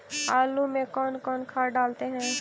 आलू में कौन कौन खाद डालते हैं?